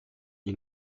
you